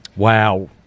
Wow